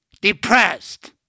depressed